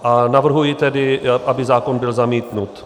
A navrhuji tedy, aby zákon byl zamítnut.